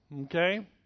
okay